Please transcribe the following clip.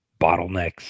bottlenecks